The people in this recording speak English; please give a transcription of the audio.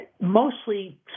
mostly